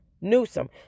Newsom